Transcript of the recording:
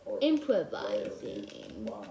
Improvising